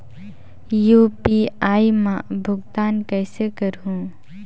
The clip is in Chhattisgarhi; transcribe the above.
यू.पी.आई मा भुगतान कइसे करहूं?